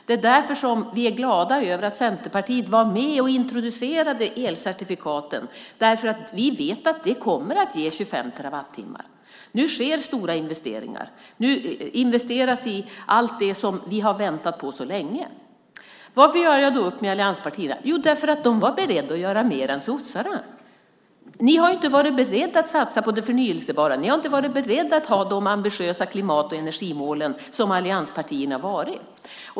Det är därför vi är glada över att Centerpartiet var med och introducerade elcertifikaten, därför att vi vet att det kommer att ge 25 terawattimmar. Nu sker stora investeringar. Nu investeras i allt det som vi har väntat på så länge. Varför gör jag då upp med allianspartierna? Jo, därför att de var beredda att göra mer än sossarna. Ni har ju inte varit beredda att satsa på det förnybara. Ni har inte varit beredda att ha de ambitiösa klimat och energimålen, som allianspartierna har varit.